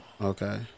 Okay